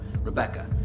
Rebecca